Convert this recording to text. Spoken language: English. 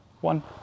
one